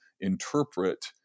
interpret